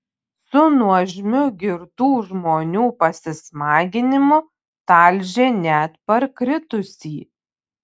su nuožmiu girtų žmonių pasismaginimu talžė net parkritusį